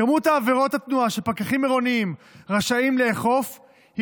כמות עבירות התנועה שפקחים עירוניים רשאים לאכוף היא